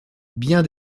bien